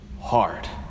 hard